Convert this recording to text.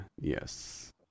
yes